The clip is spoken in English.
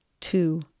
two